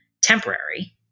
temporary